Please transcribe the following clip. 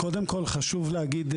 קודם כל חשוב להגיד,